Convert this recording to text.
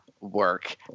work